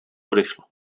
odešla